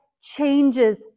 changes